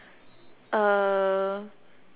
uh